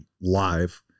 live